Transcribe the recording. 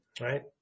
right